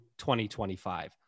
2025